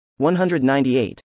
198